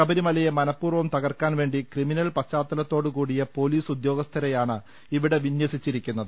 ശബരിമലയെ മനപൂർവ്വം തകർക്കാൻ വേണ്ടി ക്രിമിനൽ പശ്ചാത്തലത്തോടുകൂടിയ പൊലീസ് ഉദ്യോഗസ്ഥരെ ശബരിമല യിൽ നിയോഗിച്ചിരിക്കുന്നത്